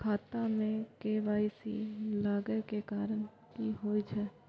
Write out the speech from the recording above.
खाता मे के.वाई.सी लागै के कारण की होय छै?